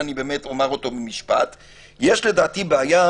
יש בעיה